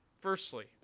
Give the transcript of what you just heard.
firstly